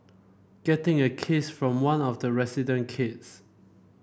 getting a kiss from one of the resident kids